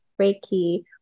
Reiki